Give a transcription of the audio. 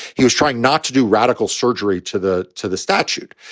he was trying not to do radical surgery to the to the statute.